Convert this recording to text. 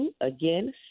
Again